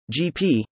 GP